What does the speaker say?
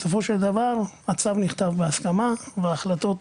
בסופו של דבר הצו נכתב בהסכמה וההחלטות